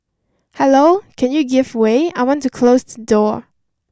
hello can you give way I want to close the door